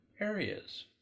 areas